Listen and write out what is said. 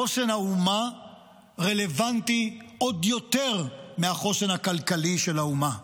חוסן האומה רלוונטי עוד יותר מהחוסן הכלכלי של האומה.